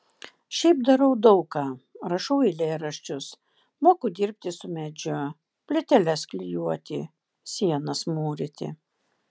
šiaip darau daug ką rašau eilėraščius moku dirbti su medžiu plyteles klijuoti sienas mūryti